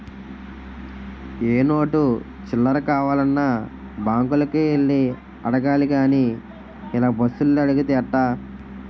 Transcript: ఏ నోటు చిల్లర కావాలన్నా బాంకులకే యెల్లి అడగాలి గానీ ఇలా బస్సులో అడిగితే ఎట్టా